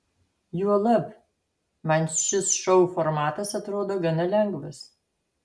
juolab man šis šou formatas atrodo gana lengvas